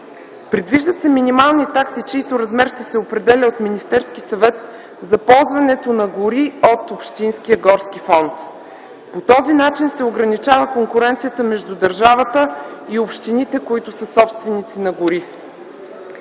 Предвиждат се минимални такси, чийто размер ще се определя от Министерския съвет, за ползването на гори от общинския горски фонд. По този начин се ограничава конкуренцията между държавата и общините – собственици на гори.